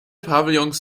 pavillons